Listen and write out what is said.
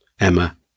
Emma